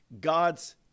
God's